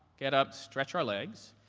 get up, stretch our legs.